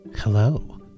Hello